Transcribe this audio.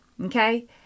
okay